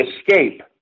escape